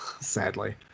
Sadly